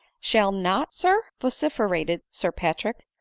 shall not, sir? vociferated sir patrick.